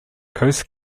coast